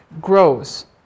grows